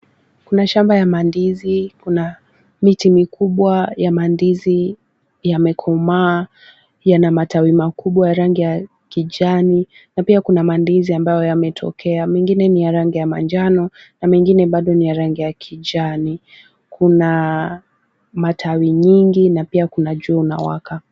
Kuna shamba ya mandizi, kuna miti mikubwa ya mandizi. Yamekomaa, yana matawi makubwa rangi ya kijani na pia kuna mandizi ambayo yametokea mengine ni ya rangi ya manjano na mengine bado ni ya rangi ya kijani. Kuna matawi nyingi na pia kuna jua inawaka.